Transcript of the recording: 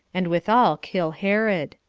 and withal kill herod.